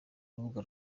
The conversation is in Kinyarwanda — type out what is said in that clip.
rubuga